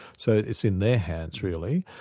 so it's in their hands, really.